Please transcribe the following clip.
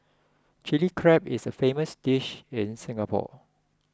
Chilli Crab is a famous dish in Singapore